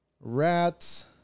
Rats